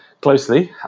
closely